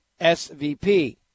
SVP